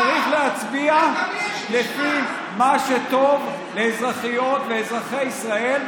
צריך להצביע לפי מה שטוב לאזרחיות ואזרחי ישראל,